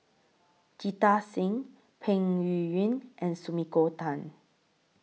Jita Singh Peng Yuyun and Sumiko Tan